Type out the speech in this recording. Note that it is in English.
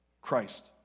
Christ